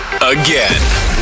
again